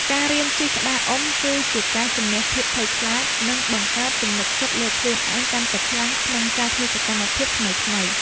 ការរៀនជិះក្តារអុំ គឺជាការជម្នះភាពភ័យខ្លាច និងបង្កើតទំនុកចិត្តលើខ្លួនឯងកាន់តែខ្លាំងក្នុងការធ្វើសកម្មភាពថ្មីៗ។